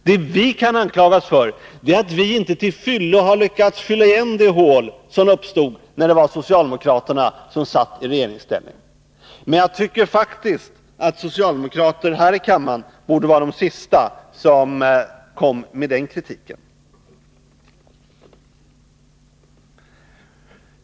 Det vi kan anklagas för är att vi inte till fullo har lyckats fylla igen det hål som uppstod då socialdemokraterna var i regeringsställning. Jag tycker faktiskt att socialdemokraterna här i riksdagen borde vara de sista som kom med den här sortens kritik.